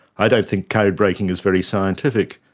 i don't think code breaking is very scientific,